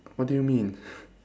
what do you mean